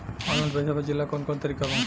Online पइसा भेजेला कवन कवन तरीका बा?